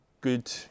Good